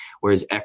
Whereas